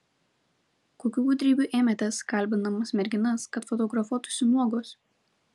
kokių gudrybių ėmėtės kalbindamas merginas kad fotografuotųsi nuogos